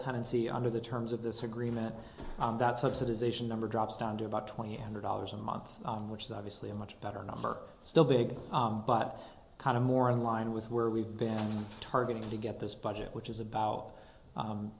see under the terms of this agreement that subsidization number drops down to about twenty eight hundred dollars a month which is obviously a much better number still big but kind of more in line with where we've been targeting to get this budget which is about